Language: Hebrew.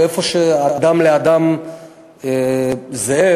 איפה שאדם לאדם זאב,